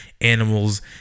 animals